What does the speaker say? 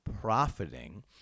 profiting